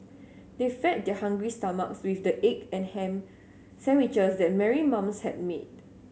they fed their hungry stomachs with the egg and ham sandwiches that Mary moms had made